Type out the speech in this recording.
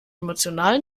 emotional